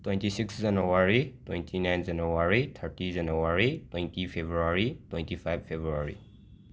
twenty six January twenty nine January thirty January twenty February twenty five February